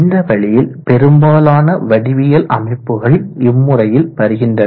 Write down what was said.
இந்த வழியில் பெரும்பாலான வடிவியல் அமைப்புகள் இம்முறையில் வருகின்றன